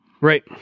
right